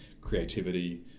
creativity